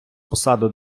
посаду